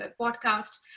podcast